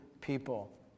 people